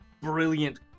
brilliant